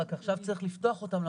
רק עכשיו צריך לפתוח אותן למפקחים.